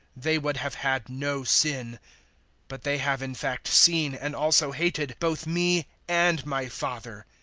they would have had no sin but they have in fact seen and also hated both me and my father.